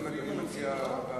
אני מציע שהנושא יועבר